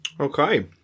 okay